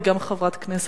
היא גם חברת כנסת.